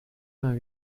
vingt